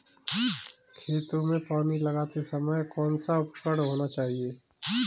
खेतों में पानी लगाते समय कौन सा उपकरण होना चाहिए?